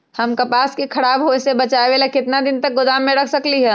हम कपास के खराब होए से बचाबे ला कितना दिन तक गोदाम में रख सकली ह?